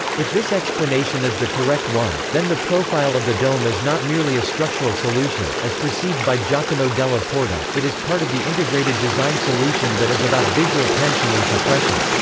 if this explanation is the correct one, then the profile of the dome is not merely merely a structural solution, as perceived by giacomo della porta it is part of the integrated design solution that is about visual tension and compression.